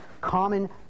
common